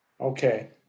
Okay